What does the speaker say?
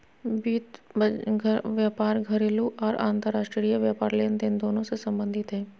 वित्त व्यापार घरेलू आर अंतर्राष्ट्रीय व्यापार लेनदेन दोनों से संबंधित हइ